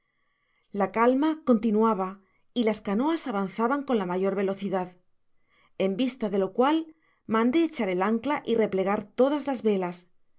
la calma continuaba y las canoas avanzaban con la mayor velocidad en vista de lo cual mandé echar el ancla y replegar todas las velas